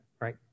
right